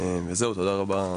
זהו, תודה רבה.